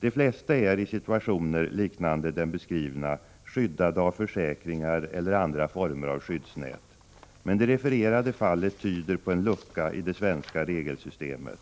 De flesta är i situationer liknande den beskrivna skyddade av försäkringar eller andra former av skyddsnät, men det refererade fallet tyder på en lucka i det svenska regelsystemet.